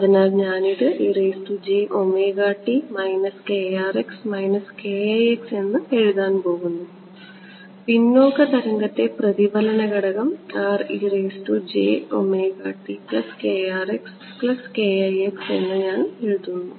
അതിനാൽ ഞാൻ ഇത് എന്ന് എഴുതാൻ പോകുന്നു പിന്നോക്ക തരംഗത്തെ പ്രതിഫലന ഘടകം R എന്ന് ഞാൻ എഴുതുന്നു